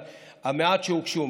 אבל המעט שהוגשו,